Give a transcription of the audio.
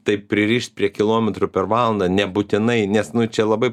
taip pririšt prie kilometrų per valandą nebūtinai nes nu čia labai